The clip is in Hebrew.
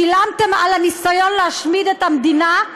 שילמתם על הניסיון להשמיד את המדינה,